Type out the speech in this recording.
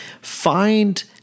Find